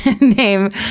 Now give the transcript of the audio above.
Name